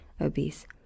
obese